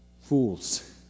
fools